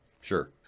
Sure